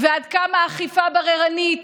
עד כמה האכיפה הבררנית